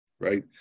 right